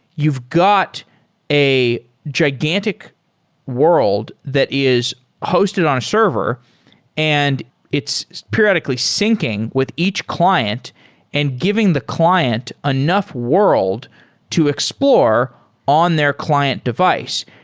you've got a gigantic world that is hosted on a server and it's periodically syncing with each client and giving the client enough world to explore on their client device,